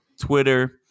Twitter